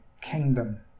Kingdom